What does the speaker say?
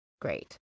great